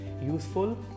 useful